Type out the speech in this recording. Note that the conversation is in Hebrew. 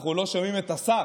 אנחנו לא שומעים את השר.